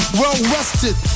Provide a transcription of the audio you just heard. well-rested